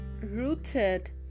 rooted